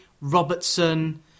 Robertson